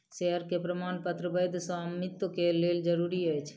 share के प्रमाणपत्र वैध स्वामित्व के लेल जरूरी अछि